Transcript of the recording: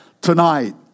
tonight